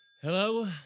Hello